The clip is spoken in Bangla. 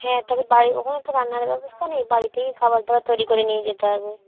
হ্যাঁ তবে বাড়ি ওখানে তো রান্না করার ব্যবস্থা নেই বাড়ি থেকেই খাবার দাবার তৈরি করে নিয়ে যেতে হবে